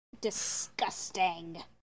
disgusting